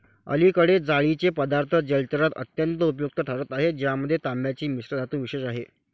अलीकडे जाळीचे पदार्थ जलचरात अत्यंत उपयुक्त ठरत आहेत ज्यामध्ये तांब्याची मिश्रधातू विशेष आहे